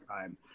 time